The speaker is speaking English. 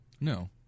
No